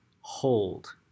hold